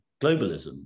globalism